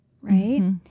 right